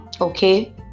okay